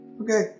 Okay